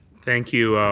thank you,